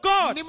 God